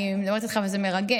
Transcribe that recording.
אני מדברת איתך וזה מרגש,